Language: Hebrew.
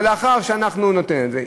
ולאחר שאנחנו ניתן את זה,